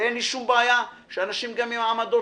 ואין לי שום בעיה שאנשים גם עם העמדות